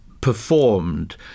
performed